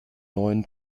neuen